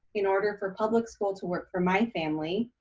in order for public school to work for my family,